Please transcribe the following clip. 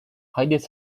haideți